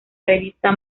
revista